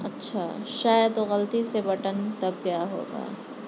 اچھا شاید غلطی سے بٹن دب گیا ہوگا